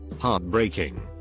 Heartbreaking